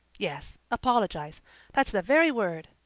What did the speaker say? yes apologize that's the very word,